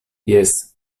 jes